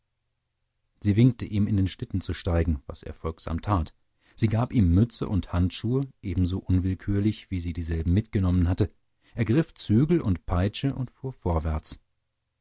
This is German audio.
sie winkte ihm in den schlitten zu steigen was er folgsam tat sie gab ihm mütze und handschuhe ebenso unwillkürlich wie sie dieselben mitgenommen hatte ergriff zügel und peitsche und fuhr vorwärts